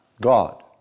God